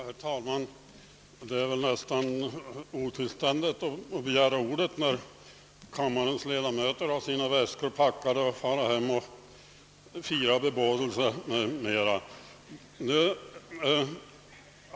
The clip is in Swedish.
Herr talman! Det är väl nästan otillständigt att begära ordet, när kammarens ledamöter har sina väskor packade för att fara hem och fira bebådelse m.m.